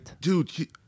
dude